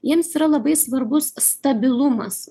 jiems yra labai svarbus stabilumas